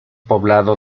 poblado